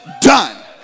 done